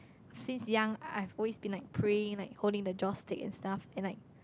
since young I've always been like praying like holding the joss stick and stuff and like